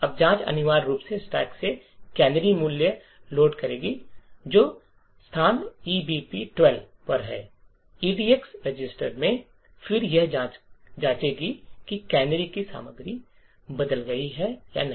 अब जांच अनिवार्य रूप से स्टैक से कैनरी मूल्य लोड करेगी जो स्थान ईबीपी 12 पर है EDX रजिस्टर में और फिर यह जांचेगी कि कैनरी की सामग्री बदल गई है या नहीं